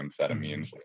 amphetamines